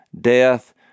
death